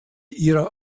ihrer